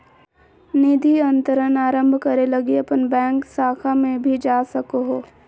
निधि अंतरण आरंभ करे लगी अपन बैंक शाखा में भी जा सको हो